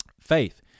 faith